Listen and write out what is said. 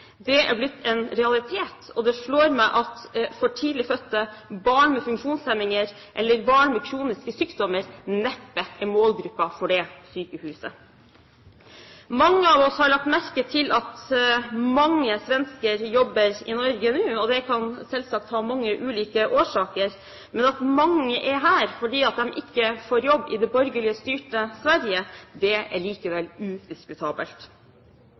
Det er blitt en realitet, og det slår meg at for tidlig fødte barn, barn med funksjonshemminger eller barn med kroniske sykdommer neppe er målgruppen for det sykehuset. Mange av oss har lagt merke til at mange svensker jobber i Norge nå. Det kan selvsagt ha mange årsaker, men at mange er her fordi de ikke får jobb i det borgerlig styrte Sverige, er likevel udiskutabelt.